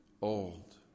old